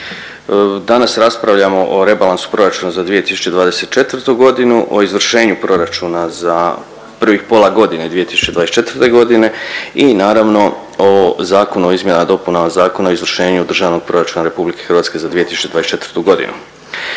Danas raspravljamo o rebalansu Proračuna za 2024. godinu, o izvršenju proračuna za prvih pola godine 2024. godine i naravno o Zakonu o izmjenama i dopunama Zakona o izvršenju Državnog proračuna Republike Hrvatske za 2024. godinu.